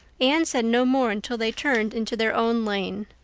anne said no more until they turned into their own lane.